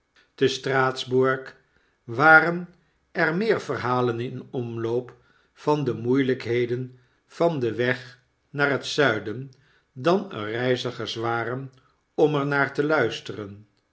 te straatsburg waren er meer verhalen in omloop van de moeielykheden van den weg naar het zuiden dan er reizigers waren omer naar te luisteren